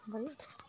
भयो